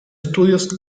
estudios